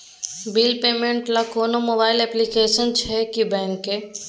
Bill payment ल कोनो mobile application छै की बैंक के?